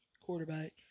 quarterback